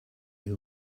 ill